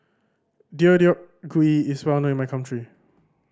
Deodeok Gui is well known in my country